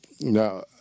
Now